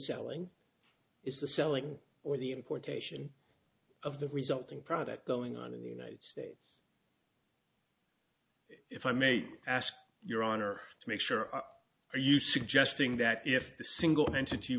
selling is the selling or the importation of the resulting product going on in the united states if i may ask your honor to make sure are are you suggesting that if the single entity